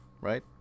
Right